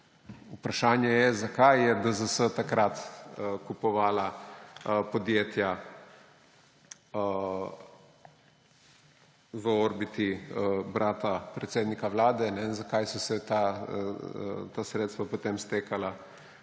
Vprašanje je, zakaj je DZS takrat kupovala podjetja v orbiti brata predsednika Vlade in zakaj so se ta sredstva potem stekala,